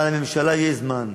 אבל לממשלה יש זמן,